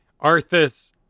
Arthas